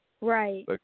right